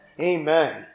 Amen